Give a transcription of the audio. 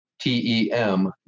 T-E-M